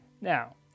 Now